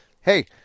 hey